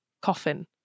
coffin